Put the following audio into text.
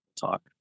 talk